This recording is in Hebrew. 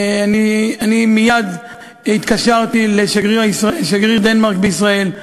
מייד התקשרתי לשגריר דנמרק בישראל,